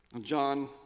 John